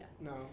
No